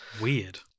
Weird